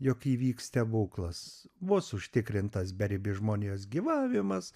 jog įvyks stebuklas bus užtikrintas beribis žmonijos gyvavimas